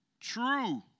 true